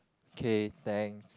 okay thanks